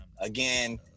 again